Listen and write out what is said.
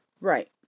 right